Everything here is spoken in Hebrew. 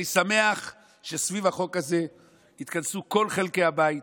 אני שמח שסביב החוק הזה התכנסו כל חלקי הבית,